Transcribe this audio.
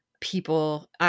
people